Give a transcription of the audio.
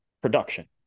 production